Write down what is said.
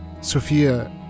Sophia